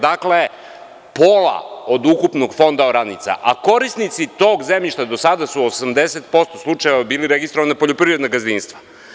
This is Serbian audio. Dakle, pola od ukupnog fonda oranica, a korisnici tog zemljišta do sada su 80% slučajeva bili registrovana poljoprivredna gazdinstva.